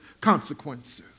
consequences